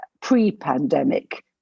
pre-pandemic